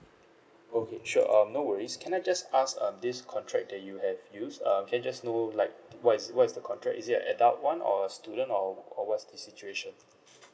okay sure um no worries can I just ask uh this contract that you have used uh can I just know like what is what is the contract is it an adult one or a student or or what is the situation